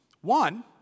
One